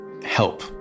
help